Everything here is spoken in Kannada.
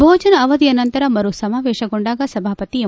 ಭೋಜನ ಅವಧಿಯ ನಂತರ ಮರು ಸಮಾವೇಶಗೊಂಡಾಗ ಸಭಾಪತಿ ಎಂ